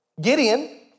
Gideon